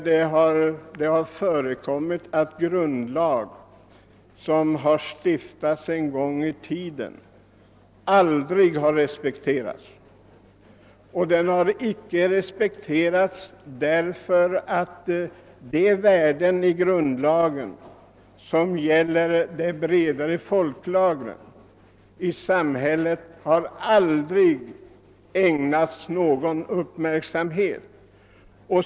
Det har emellertid förekommit att grundlag som en gång i tiden stiftats aldrig blivit respekterad därför att den avser förhållanden av värde för de bredare folklagren i samhället vilka aldrig ägnats någon uppmärksamhet.